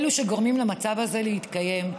ואלה שגורמים למצב הזה להתקיים,